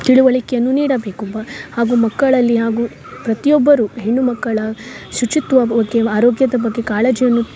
ತಿಳುವಳಿಕೆಯನ್ನು ನೀಡಬೇಕು ಬ ಹಾಗು ಮಕ್ಕಳಲ್ಲಿ ಹಾಗು ಪ್ರತಿಯೊಬ್ಬರು ಹೆಣ್ಣು ಮಕ್ಕಳ ಶುಚಿತ್ವ ಬಗ್ಗೆ ಆರೋಗ್ಯದ ಬಗ್ಗೆ ಕಾಳಜಿಯನ್ನು